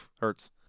hurts